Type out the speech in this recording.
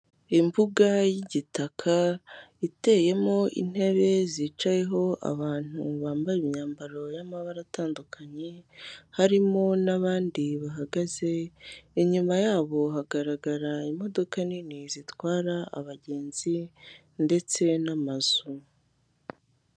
Imbuga y'igitaka, iteyemo intebe zicayeho abantu bambaye imyambaro y'amabara atandukanye, harimo n'abandi bahagaze, inyuma yabo hagaragara imodoka nini zitwara abagenzi ndetse n'amazu.